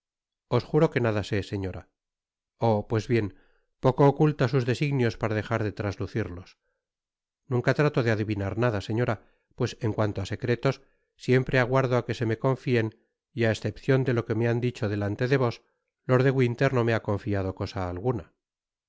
os juro que nada sé señora oh pues bien poco oculta sus designios para dejar de traslucirlos nunca trato de adivinar nada señora pues en cuanto á secretos siempre aguardo á que se me confien y á escepcion de lo que me ha dicho delante de vos lord de winter no me ha confiado eosa alguna